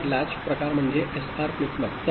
तर लॅच प्रकार म्हणजे एसआर फ्लिप फ्लॉप